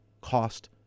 cost